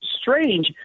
strange